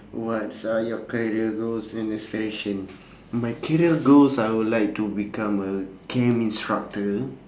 what's are your career goals and aspiration my career goals I would like to become a camp instructor